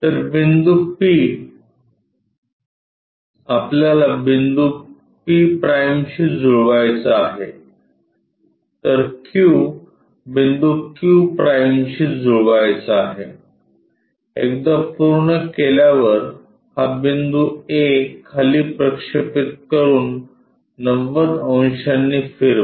तर बिंदू p आपल्याला बिंदू p' शी जुळवायचा आहे तर q बिंदू q' शी जुळवायचा आहे एकदा पूर्ण केल्यावर हा बिंदू a खाली प्रक्षेपित करून 90 अंशांनी फिरवा